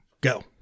Go